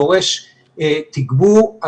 דורש תגבור.